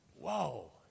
Whoa